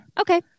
okay